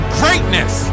greatness